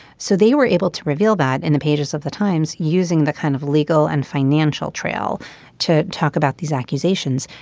so they were able to reveal that in the pages of the times using the kind of legal and financial trail to talk about these accusations.